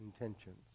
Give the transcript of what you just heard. Intentions